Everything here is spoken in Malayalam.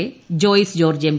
എ ജോയ്ക്സ് ജോർജ്ജ് എം